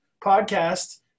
podcast